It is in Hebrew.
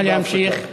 נא להמשיך.